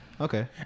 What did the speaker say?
Okay